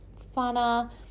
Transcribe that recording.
funner